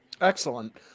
Excellent